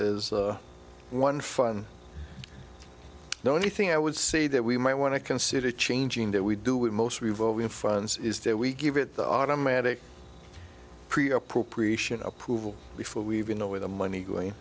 is one fun the only thing i would say that we might want to consider changing that we do with most revolving funds is that we give it the automatic appropriation approval before we even know where the money going